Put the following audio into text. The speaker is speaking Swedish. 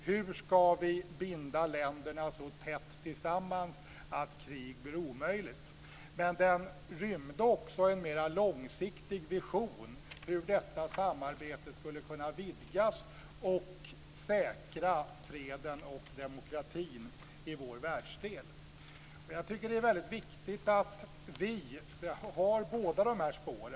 Hur skulle man binda länderna så tätt tillsammans att krig blev omöjligt? Men idén rymde också en mer långsiktig vision om hur detta samarbete skulle kunna vidgas och därigenom säkra freden och demokratin i vår världsdel. Det är viktigt att vi följer båda dessa spår.